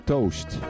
Toast